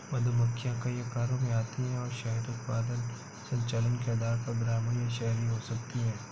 मधुमक्खियां कई आकारों में आती हैं और शहद उत्पादन संचालन के आधार पर ग्रामीण या शहरी हो सकती हैं